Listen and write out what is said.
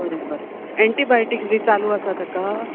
बरें बरें एन्टीबायोटीक बी चालू आसा ताका